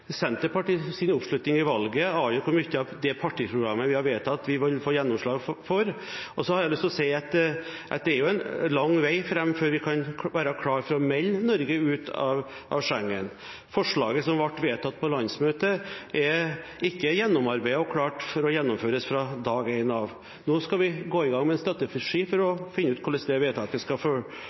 oppslutning i valget avgjør hvor mye av det partiprogrammet vi har vedtatt, vi vil få gjennomslag for. Så har jeg lyst til å si at det er en lang vei fram før vi kan være klare for å melde Norge ut av Schengen. Forslaget som ble vedtatt på landsmøtet, er ikke gjennomarbeidet og klart for å gjennomføres fra dag én av. Nå skal vi gå i gang med en strategi for å finne ut hvordan det vedtaket skal